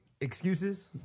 Excuses